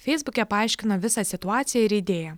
feisbuke paaiškino visą situaciją ir idėją